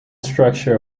structure